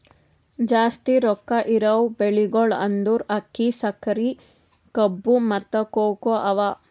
ಜಾಸ್ತಿ ರೊಕ್ಕಾ ಇರವು ಬೆಳಿಗೊಳ್ ಅಂದುರ್ ಅಕ್ಕಿ, ಸಕರಿ, ಕಬ್ಬು, ಮತ್ತ ಕೋಕೋ ಅವಾ